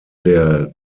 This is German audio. der